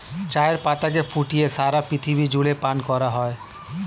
চায়ের পাতাকে ফুটিয়ে সারা পৃথিবী জুড়ে পান করা হয়